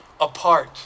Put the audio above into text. apart